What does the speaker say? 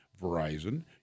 Verizon